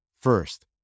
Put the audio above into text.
First